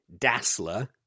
Dassler